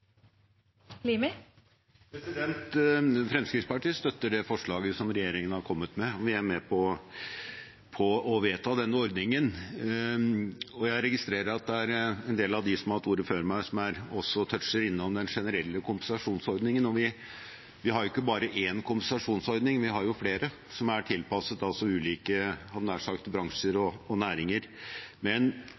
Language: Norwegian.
det. Fremskrittspartiet støtter det forslaget som regjeringen har kommet med, og vi er med på å vedta den ordningen. Jeg registrerer at det er en del av dem som har hatt ordet før meg, som også tøtsjer innom den generelle kompensasjonsordningen. Vi har jo ikke bare én kompensasjonsordning. Vi har flere, som er tilpasset ulike bransjer og næringer.